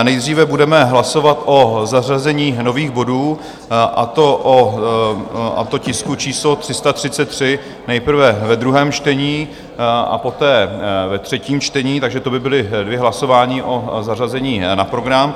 Nejdříve budeme hlasovat o zařazení nových bodů, a to tisku číslo 333, nejprve ve druhém čtení a poté ve třetím čtení, takže to by byla dvě hlasování o zařazení na program.